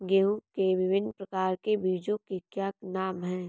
गेहूँ के विभिन्न प्रकार के बीजों के क्या नाम हैं?